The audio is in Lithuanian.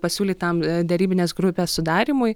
pasiūlytam derybinės grupės sudarymui